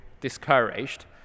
discouraged